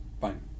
Fine